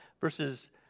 Versus